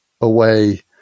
away